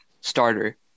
starter